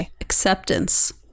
acceptance